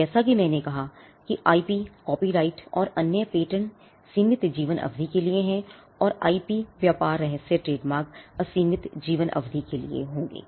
जैसा कि मैंने कहा कि आईपी व्यापार रहस्य ट्रेडमार्क असीमित जीवन अवधि के लिये होंगे